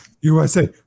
USA